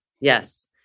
Yes